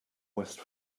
west